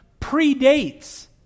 predates